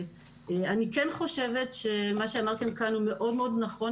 אני כן חושבת שמה שאמרתם כאן הוא מאוד מאוד נכון.